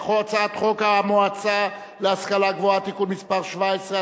מצביעים על הצעת חוק המועצה להשכלה גבוהה (תיקון מס' 17),